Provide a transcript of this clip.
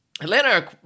Atlanta